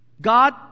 God